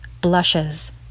Blushes